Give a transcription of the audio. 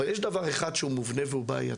יש דבר אחד שהוא מובנה ובעייתי,